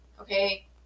Okay